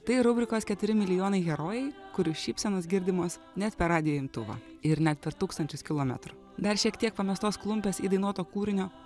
tai rubrikos keturi milijonai herojai kurių šypsenos girdimos net per radijo imtuvą ir net per tūkstančius kilometrų dar šiek tiek pamestos klumpės įdainuoto kūrinio